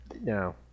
no